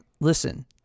Listen